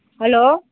hello